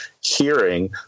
hearing